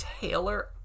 Taylor